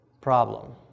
problem